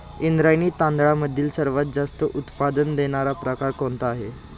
इंद्रायणी तांदळामधील सर्वात जास्त उत्पादन देणारा प्रकार कोणता आहे?